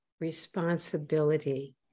responsibility